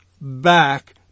back